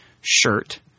shirt